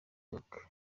york